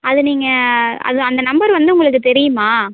அதை நீங்கள் அது அந்த நம்பர் வந்து உங்களுக்கு தெரியுமா